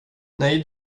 nej